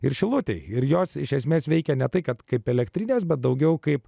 ir šilutėje ir jos iš esmės veikia ne tai kad kaip elektrinės bet daugiau kaip